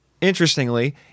Interestingly